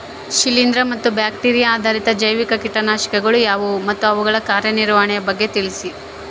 ಶಿಲೇಂದ್ರ ಮತ್ತು ಬ್ಯಾಕ್ಟಿರಿಯಾ ಆಧಾರಿತ ಜೈವಿಕ ಕೇಟನಾಶಕಗಳು ಯಾವುವು ಮತ್ತು ಅವುಗಳ ಕಾರ್ಯನಿರ್ವಹಣೆಯ ಬಗ್ಗೆ ತಿಳಿಸಿ?